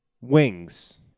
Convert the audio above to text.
wings